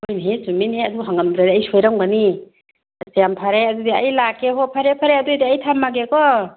ꯍꯣꯏꯅꯦꯍꯦ ꯆꯨꯝꯃꯤꯅꯦ ꯑꯗꯨ ꯍꯪꯉꯝꯗ꯭ꯔꯗꯤ ꯑꯩ ꯁꯣꯏꯔꯝꯒꯅꯤ ꯌꯥꯝ ꯐꯔꯦ ꯑꯗꯨꯗꯤ ꯑꯩ ꯂꯥꯛꯀꯦ ꯍꯣꯏ ꯐꯔꯦ ꯐꯔꯦ ꯑꯗꯨꯏꯗꯤ ꯑꯩ ꯊꯝꯃꯒꯦꯀꯣ